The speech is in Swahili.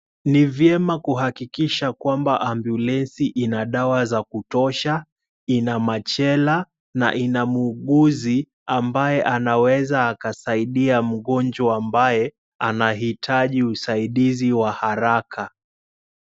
Ni vyema kuhakikisha kwamba ambulensi ina dawa za kutosha, ina machela na ina muuguzi ambaye anaweza akasaidia mgonjwa ambaye anahitaji usaidizi wa haraka.